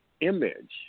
image